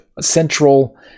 Central